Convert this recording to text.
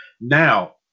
Now